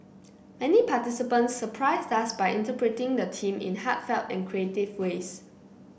many participants surprised us by interpreting the theme in heartfelt and creative ways